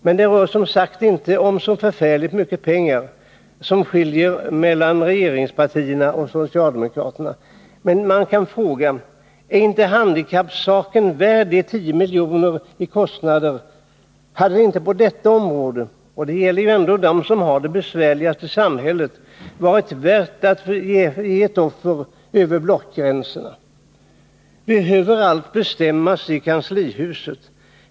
Men det är som sagt inte så förfärligt mycket pengar som skiljer regeringspartierna och socialdemokraterna åt, sammanlagt ca 10 miljoner. Man kan fråga: Är inte handikappsaken värd de 10 miljonerna mer i kostnader? Hade det inte på detta område — det gäller ändå dem som har det besvärligast i samhället — varit värt att ge ett offer över blockgränserna? Behöver allt bestämmas i kanslihuset?